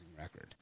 record